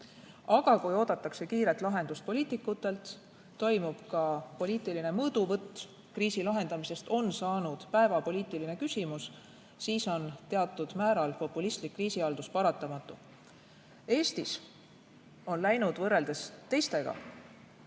Aga kui oodatakse kiiret lahendust poliitikutelt, toimub poliitiline mõõduvõtt, kriisi lahendamisest on saanud päevapoliitiline küsimus, siis on teatud määral populistlik kriisihaldus paratamatu. Eestis on teistega võrreldes läinud